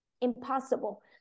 impossible